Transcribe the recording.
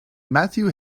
matthew